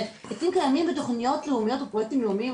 עצים קיימים בתוכניות לאומיות ופרויקטים לאומיים.